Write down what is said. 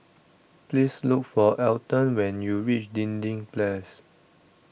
please look for Alton when you reach Dinding Place